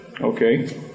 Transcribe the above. Okay